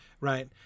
right